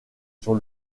sur